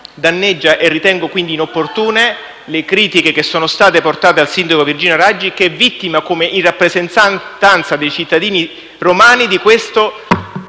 romani e ritengo, quindi, inopportune le critiche che sono state portate al sindaco Virginia Raggi, che è vittima in rappresentanza dei cittadini romani di questo